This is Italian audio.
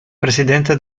presidente